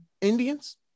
Indians